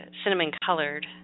cinnamon-colored